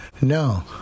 no